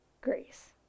grace